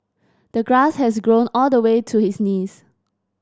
the grass had grown all the way to his knees